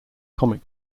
comic